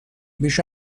بیش